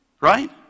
Right